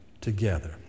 together